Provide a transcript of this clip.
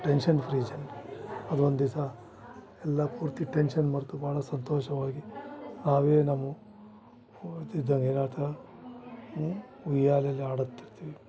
tension ಫ್ರಿಜನ್ ಅದು ಒಂದುದಿವ್ಸ ಎಲ್ಲ ಪೂರ್ತಿ ಟೆನ್ಷನ್ ಮರೆತು ಭಾಳ ಸಂತೋಷವಾಗಿ ನಾವೇ ನಮ್ಮ ಇದ್ದಂಗೆ ಏನು ಹೆಳ್ತಾರೆ ಉಯ್ಯಾಲೆಯಲ್ಲಿ ಆಡುತಿರ್ತಿವಿ